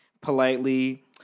politely